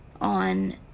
on